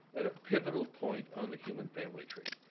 at a pivotal point on the human family tree.